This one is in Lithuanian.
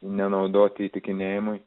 nenaudoti įtikinėjimui